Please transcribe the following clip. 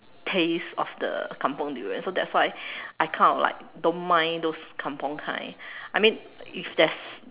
taste of the kampung durian so that's why I kind of like don't mind those kampung kind I mean if there's